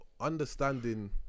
understanding